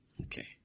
Okay